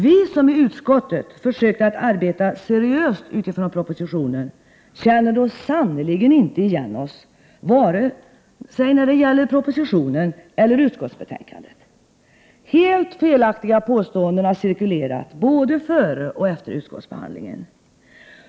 Vi som i utskottet försökt att arbeta seriöst utifrån propositionen känner då sannerligen inte igen vare sig proposition eller utskottsbetänkande! Helt felaktiga påståenden har cirkulerat både före och efter utskottsbehandlingen.